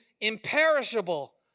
imperishable